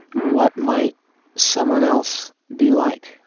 what might someone else be like?